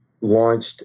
launched